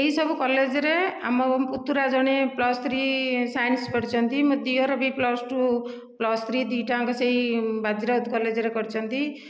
ଏହିସବୁ କଲେଜରେ ଆମ ପୁତୁରା ଜଣେ ପ୍ଲସ ଥ୍ରୀ ସାଇନ୍ସ ପଢ଼ିଛନ୍ତି ମୋ ଦିଅର ପ୍ଲସ ଟୁ ପ୍ଲସ ଥ୍ରୀ ଦୁଇଟାଙ୍କ ସେହି ବାଜିରାଉତ କଲେଜରେ କରିଛନ୍ତି